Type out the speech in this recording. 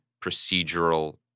procedural